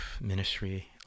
ministry